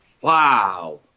Wow